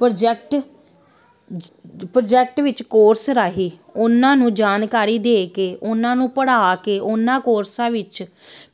project ਜ project ਵਿੱਚ course ਰਾਹੀਂ ਉਹਨਾਂ ਨੂੰ ਜਾਣਕਾਰੀ ਦੇ ਕੇ ਉਹਨਾਂ ਨੂੰ ਪੜ੍ਹਾ ਕੇ ਉਹਨਾਂ ਕੋਰਸਾਂ ਵਿੱਚ